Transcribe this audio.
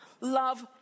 love